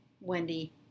Wendy